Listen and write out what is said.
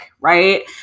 right